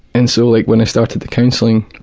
and so like when i started the counselling,